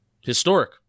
Historic